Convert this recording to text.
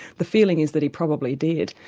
the feeling is that he probably did.